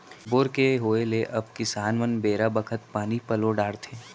bore के होय ले अब किसान मन बेरा बखत पानी पलो डारथें